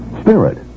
Spirit